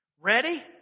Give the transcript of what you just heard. Ready